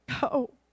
go